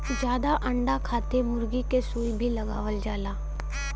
जादा अंडा खातिर मुरगी के सुई भी लगावल जाला